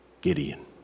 Gideon